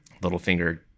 Littlefinger